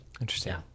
interesting